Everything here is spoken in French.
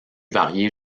variés